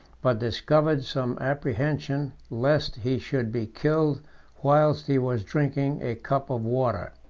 but discovered some apprehension lest he should be killed whilst he was drinking a cup of water.